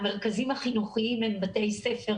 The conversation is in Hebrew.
המרכזים החינוכיים הם בתי ספר,